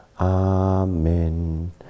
Amen